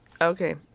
Okay